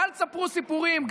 אל תספרו סיפורים.